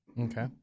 Okay